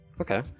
Okay